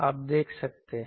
आप देख सकते हैं